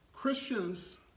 Christians